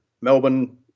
Melbourne